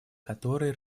которые